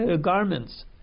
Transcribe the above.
garments